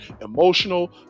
emotional